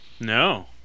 No